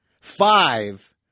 Five